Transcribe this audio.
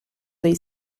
dei